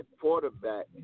quarterback